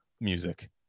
music